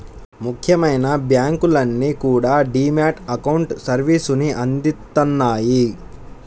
ముఖ్యమైన బ్యాంకులన్నీ కూడా డీ మ్యాట్ అకౌంట్ సర్వీసుని అందిత్తన్నాయి